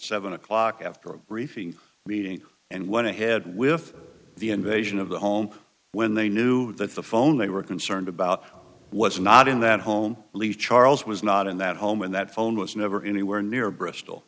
seven o'clock after a briefing meeting and went ahead with the invasion of the home when they knew that the phone they were concerned about was not in that home least charles was not in that home and that phone was never anywhere near bristol